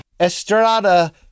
Estrada